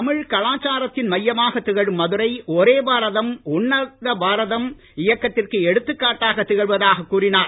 தமிழ் கலாச்சாரத்தின் மையமாக திகழும் மதுரை ஒரே பாரதம் உன்னத பாரதம் இயக்கத்திற்கு எடுத்துக் காட்டாக திகழ்வதாக கூறினார்